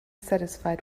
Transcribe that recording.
satisfied